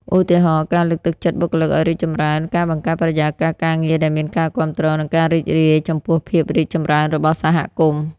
ឧទាហរណ៍ ការលើកទឹកចិត្តបុគ្គលិកឱ្យរីកចម្រើន ការបង្កើតបរិយាកាសការងារដែលមានការគាំទ្រ និងការរីករាយចំពោះភាពរីកចម្រើនរបស់សហគមន៍។